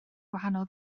gwahanol